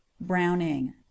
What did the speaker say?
Browning